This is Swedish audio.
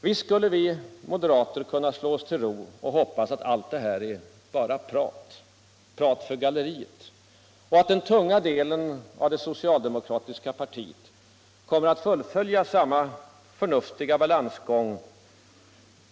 Visst skulle vi moderater kunna slå oss till ro och hoppas att allt detta bara är prat för galleriet och att den tunga delen av det socialdemokratiska partiet kommer att fullfölja samma förnuftiga balansgång